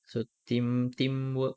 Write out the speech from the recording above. so team~ teamwork